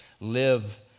live